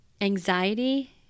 anxiety